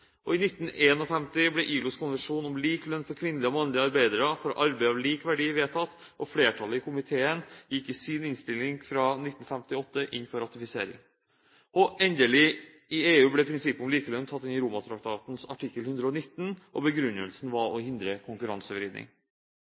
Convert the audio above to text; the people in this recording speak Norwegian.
opp. I 1951 ble ILOs konvensjon om lik lønn for kvinnelige og mannlige arbeidere for arbeid av lik verdi vedtatt, og flertallet i komiteen gikk i sin innstilling fra 1958 inn for ratifisering. Og endelig: I EU ble prinsippet om likelønn tatt inn i Romatraktatens artikkel 119. Begrunnelsen var å hindre konkurransevridning.